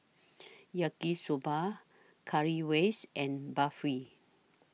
Yaki Soba Currywurst and Barfi